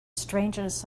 strangeness